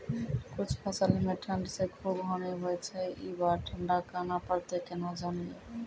कुछ फसल मे ठंड से खूब हानि होय छैय ई बार ठंडा कहना परतै केना जानये?